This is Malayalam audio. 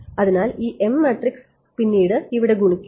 അതിനാൽ ഈ m മാട്രിക്സ് പിന്നീട് ഇവിടെ ഗുണിക്കും